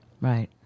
right